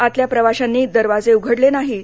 आतल्या प्रवाशांनी दरवाजे उघडले नाहीत